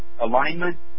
alignment